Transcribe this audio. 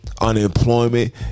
Unemployment